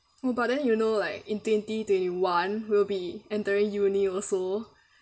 oh but then you know like in twenty twenty one we'll be entering uni also